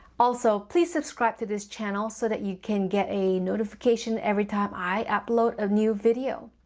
also, please subscribe to this channel so that you can get a notification every time i upload a new video.